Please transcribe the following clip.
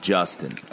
Justin